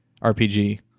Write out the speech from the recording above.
RPG